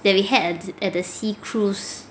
that we had at at the sea cruise